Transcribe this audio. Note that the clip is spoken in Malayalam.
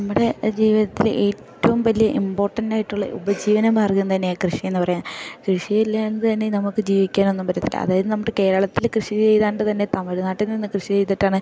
നമ്മുടെ ജീവിതത്തിൽ ഏറ്റവും വലിയ ഇമ്പോർട്ടൻറ്റായിട്ടുള്ള ഉപജീവന മാർഗ്ഗം തന്നെയാണ് കൃഷിയെന്നു പറയുന്നത് കൃഷിയില്ലാതെ തന്നെ നമുക്ക് ജീവിക്കാനൊന്നും പറ്റത്തില്ല അതായത് നമുക്ക് കേരളത്തിൽ കൃഷി ചെയ്യാതെ തന്നെ തമിഴ്നാട്ടിൽ നിന്ന് കൃഷി ചെയ്തിട്ടാണ്